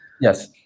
Yes